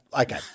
Okay